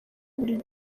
buri